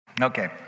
Okay